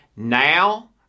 Now